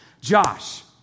Josh